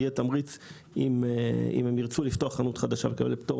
יהיה תמריץ אם ירצו לפתוח חנות חדשה ויקבלו פטור